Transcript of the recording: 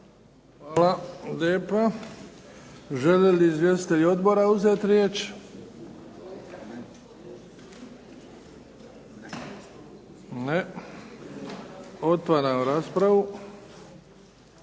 Hvala lijepo. Žele li izvjestitelji odbora uzeti riječ? Ne. Otvaram raspravu.